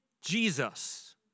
Jesus